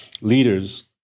leaders